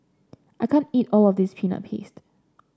I can't eat all of this Peanut Paste